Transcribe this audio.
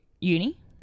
uni